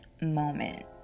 moment